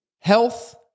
health